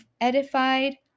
edified